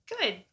Good